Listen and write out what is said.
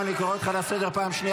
אני קורא אותך לסדר פעם ראשונה.